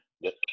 Yes